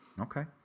okay